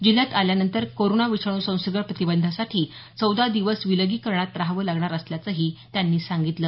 जिल्ह्यात आल्यानंतर कोरोना विषाणू संसर्ग प्रतिबंधासाठी चौदा दिवस विलगीकरणात राहावं लागणार असल्याचंही त्यांनी सांगितलं